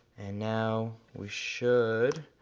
and now we should,